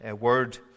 Word